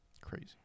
Crazy